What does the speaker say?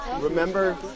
remember